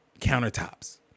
countertops